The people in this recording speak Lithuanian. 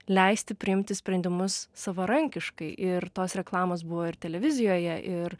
leisti priimti sprendimus savarankiškai ir tos reklamos buvo ir televizijoje ir